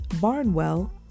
Barnwell